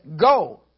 go